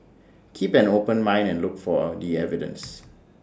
keep an open mind and look for the evidence